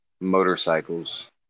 motorcycles